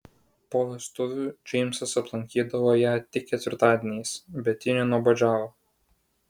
po vestuvių džeimsas aplankydavo ją tik ketvirtadieniais bet ji nenuobodžiavo